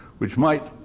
which might,